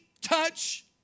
touch